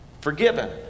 forgiven